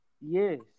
Yes